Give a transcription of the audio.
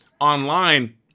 Online